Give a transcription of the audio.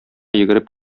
йөгереп